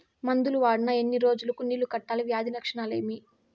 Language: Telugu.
మందులు వాడిన ఎన్ని రోజులు కు నీళ్ళు కట్టాలి, వ్యాధి లక్షణాలు ఏమి?